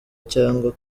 cyangwa